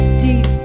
deep